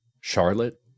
Charlotte